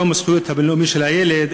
היום הבין-לאומי לזכויות הילד,